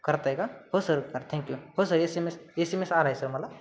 करताय का हो सर बरं थँक यू हो sir S M S S M S आला आहे सर मला